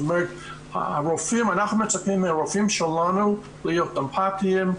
אנחנו מצפים מהרופאים שלנו להיות אמפטיים,